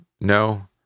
No